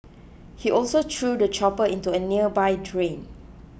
he also threw the chopper into a nearby drain